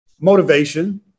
Motivation